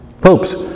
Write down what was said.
popes